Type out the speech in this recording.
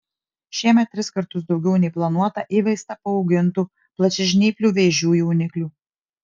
šiemet tris kartus daugiau nei planuota įveista paaugintų plačiažnyplių vėžių jauniklių